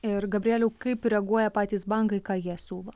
ir gabrieliau kaip reaguoja patys bankai ką jie siūlo